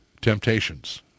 temptations